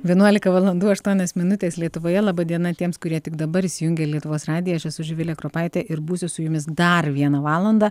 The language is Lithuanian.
vienuolika valandų aštuonios minutės lietuvoje laba diena tiems kurie tik dabar įsijungė lietuvos radiją aš esu živilė kropaitė ir būsiu su jumis dar vieną valandą